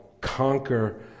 conquer